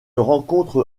rencontre